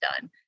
done